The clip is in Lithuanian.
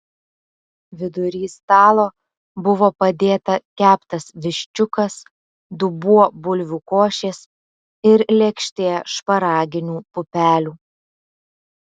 vidury stalo buvo padėta keptas viščiukas dubuo bulvių košės ir lėkštė šparaginių pupelių